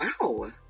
Wow